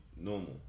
normal